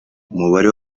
umubare